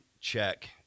check